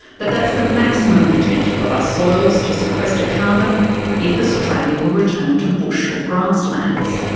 but that's the maximum potential of our soils to sequester carbon if australia were returned to bush or grasslands.